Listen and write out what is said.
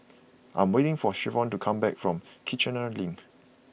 I am waiting for Jayvion to come back from Kiichener Link